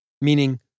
meaning